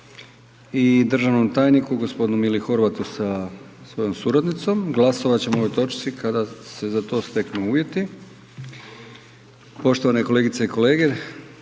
i državnom tajniku g. Mili Horvatu sa svojom suradnicom. Glasovat ćemo o ovoj točci kada se za to steknu uvjeti. Poštovane kolegice i kolege,